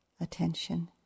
attention